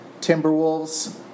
Timberwolves